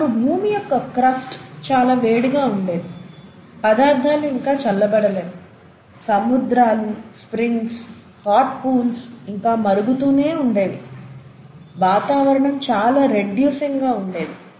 అప్పుడు భూమి యొక్క క్రస్ట్ చాలా వేడిగా ఉండేది పదార్ధాలు ఇంకా చల్లబడలేదు సముద్రాలు స్ప్రింగ్స్ హాట్ పూల్స్ ఇంకా మరుగుతూనే ఉండేవి వాతావరణం చాలా రెడ్యూసింగ్ గా ఉండేది